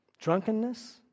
drunkenness